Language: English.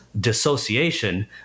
dissociation